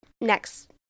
next